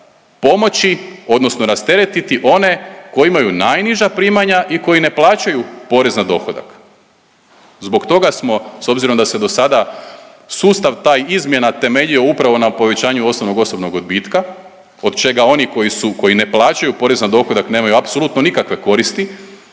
pomoći odnosno rasteretiti one koji imaju najniža primanja i koji ne plaćaju porez na dohodak. Zbog toga smo, s obzirom da se do sada sustav taj izmjena temeljio upravo na povećanju osnovnog osobnog odbitka, od čega oni koji su, koji ne plaćaju porez na dohodak nemaju apsolutno nikakve koristi,